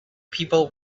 people